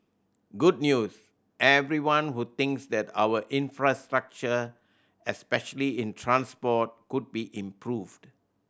good news everyone who thinks that our infrastructure especially in transport could be improved